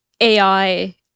AI